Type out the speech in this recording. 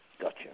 Gotcha